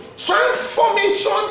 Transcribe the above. transformation